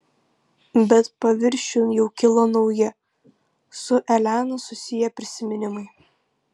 bet paviršiun jau kilo nauji su elena susiję prisiminimai